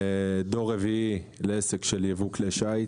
דור רביעי לעסק של ייבוא כלי שיט.